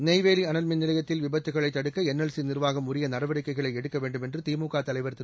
நெய்வேலி அனல் மின் நிலையத்தில் விபத்துக்களை தடுக்க என்எல்சி நிர்வாகம் உரிய நடவடிக்கைகளை எடுக்க வேண்டும் என்று திமுக தலைவர் திரு